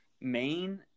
main